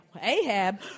Ahab